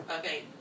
Okay